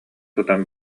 тутан